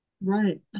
right